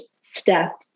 step